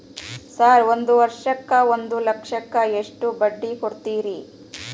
Sir ಒಂದು ವರ್ಷಕ್ಕ ಒಂದು ಲಕ್ಷಕ್ಕ ಎಷ್ಟು ಬಡ್ಡಿ ಕೊಡ್ತೇರಿ?